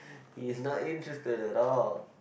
is not interested at all